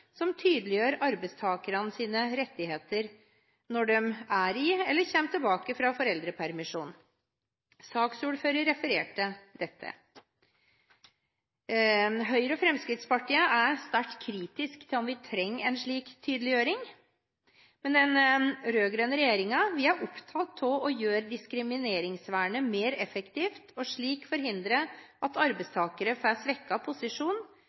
som tydeliggjør arbeidstakernes rettigheter når de er i eller kommer tilbake fra foreldrepermisjon. Saksordføreren refererte til dette. Høyre og Fremskrittspartiet er sterkt kritiske til om vi trenger en slik tydeliggjøring. Men den rød-grønne regjeringen er opptatt av å gjøre diskrimineringsvernet mer effektivt, og slik forhindre at arbeidstakere får svekket posisjon,